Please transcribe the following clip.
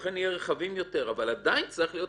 לכן נהיה רחבים יותר, אבל עדיין, צריכות להיות